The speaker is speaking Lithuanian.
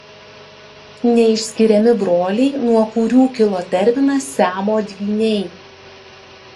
neišskiriami broliai nuo kurių kilo terminas siamo dvyniai